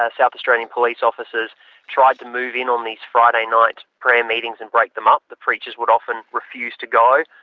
ah south australian police officers tried to move in on these friday night prayer meetings and break them up. the preachers would often refuse to go.